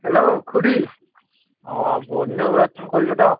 hello খুড়ী অঁ বহুদিনৰ মুৰত ফোন কৰিলো দিয়ক